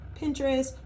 Pinterest